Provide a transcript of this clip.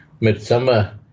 midsummer